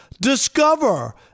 discover